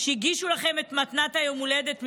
שהגישו לכם את מתנת היום הולדת ממני.